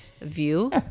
view